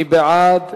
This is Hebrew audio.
מי בעד?